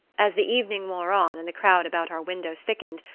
as the evening wore on and the crowd about our window thickened,